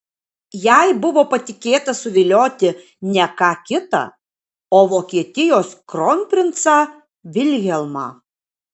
jai buvo patikėta suvilioti ne ką kitą o vokietijos kronprincą vilhelmą